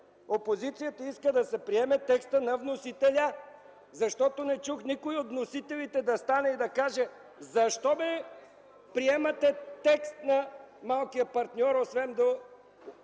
Опозицията иска да се приеме текстът на вносителя, защото не чух никой от вносителите да стане и да каже – защо бе, приемате текст на малкия партньор, освен по